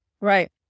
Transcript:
Right